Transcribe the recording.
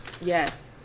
yes